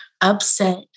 upset